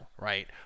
right